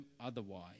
otherwise